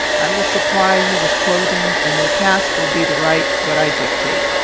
i will supply you with clothing, and your task will be to write what i dictate.